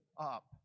up